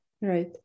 Right